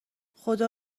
خدا